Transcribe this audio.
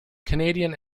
canadian